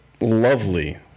Lovely